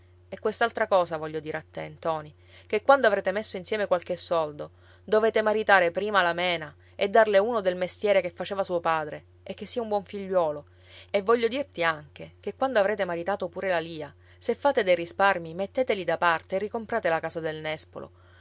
e quest'altra cosa voglio dire a te ntoni che quando avrete messo insieme qualche soldo dovete maritare prima la mena e darle uno del mestiere che faceva suo padre e che sia un buon figliuolo e voglio dirti anche che quando avrete maritato pure la lia se fate dei risparmi metteteli da parte e ricomprate la casa del nespolo